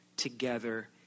together